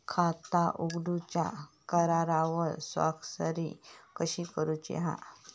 खाता उघडूच्या करारावर स्वाक्षरी कशी करूची हा?